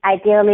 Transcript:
Ideally